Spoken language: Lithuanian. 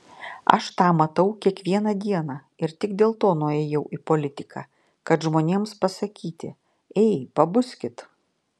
aš tą matau kiekvieną dieną ir tik dėl to nuėjau į politiką kad žmonėms pasakyti ei pabuskit